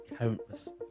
countless